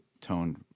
tone